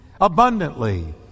abundantly